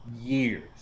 years